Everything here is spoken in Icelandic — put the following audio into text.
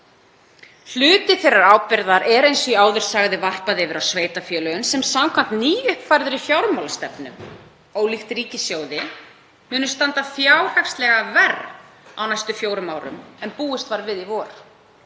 Hluta þeirrar ábyrgðar er, eins og ég áður sagði, varpað yfir á sveitarfélögin sem samkvæmt nýuppfærðri fjármálastefnu munu, ólíkt ríkissjóði, standa fjárhagslega verr á næstu fjórum árum en búist var við í vor.